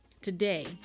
today